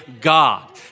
God